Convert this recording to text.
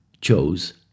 chose